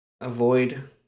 avoid